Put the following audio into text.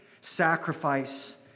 sacrifice